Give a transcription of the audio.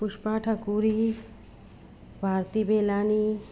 Pushpa Thakuri Bharti Belani